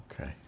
Okay